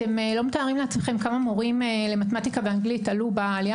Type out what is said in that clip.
אתם לא מתארים לעצמכם כמה מורים למתמטיקה ואנגלית עלו בעלייה